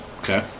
Okay